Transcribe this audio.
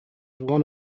one